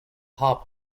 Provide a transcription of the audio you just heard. hub